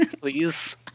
please